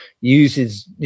uses